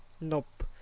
Nope